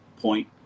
Point